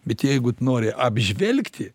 bet jeigu tu nori apžvelgti